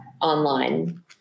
online